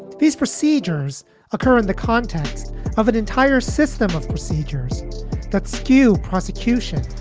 these procedures occur in the context of an entire system of procedures that skew prosecution,